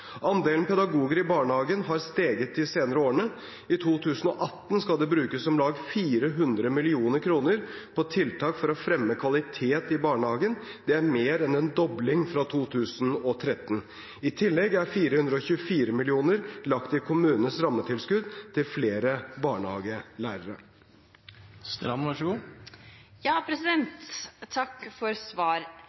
Andelen pedagoger i barnehagen har steget de senere årene. I 2018 skal det brukes om lag 400 mill. kr på tiltak for å fremme kvalitet i barnehagen. Det er mer enn en dobling fra 2013. I tillegg er 424 mill. kr lagt i kommunenes rammetilskudd til flere